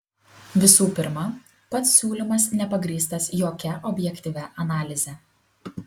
visų pirma pats siūlymas nepagrįstas jokia objektyvia analize